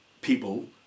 people